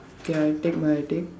okay I take my take